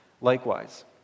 Likewise